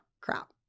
Crap